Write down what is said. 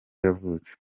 yavutse